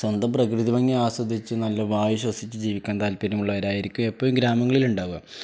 സ്വന്തം പ്രകൃതിഭംഗി ആസ്വദിച്ച് നല്ല വായു ശ്വസിച്ച് ജീവിക്കാൻ താല്പ്പര്യമുള്ളവരായിരിക്കും എപ്പോഴും ഈ ഗ്രാമങ്ങളിലുണ്ടാവുക